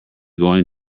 going